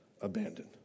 abandoned